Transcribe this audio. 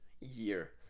year